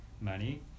money